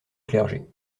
clergé